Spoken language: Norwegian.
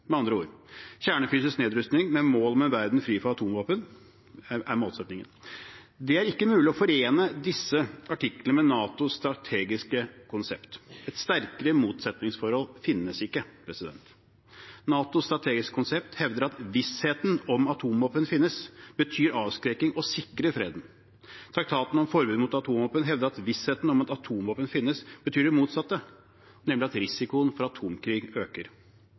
Med andre ord: Kjernefysisk nedrustning med mål om en verden fri for atomvåpen er målsettingen. Det er ikke mulig å forene disse artiklene med NATOs strategiske konsept. Et sterkere motsetningsforhold finnes ikke. NATOs strategiske konsept hevder at vissheten om at atomvåpen finnes, betyr avskrekking, å sikre freden. Traktaten om forbud mot atomvåpen hevder at vissheten om at atomvåpen finnes, betyr det motsatte, nemlig at risikoen for atomkrig øker.